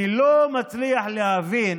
אני לא מצליח להבין.